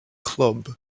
club